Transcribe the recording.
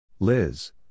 Liz